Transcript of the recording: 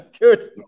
good